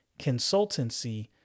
consultancy